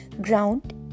ground